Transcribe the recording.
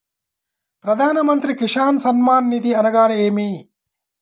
ప్రధాన మంత్రి కిసాన్ సన్మాన్ నిధి అనగా ఏమి?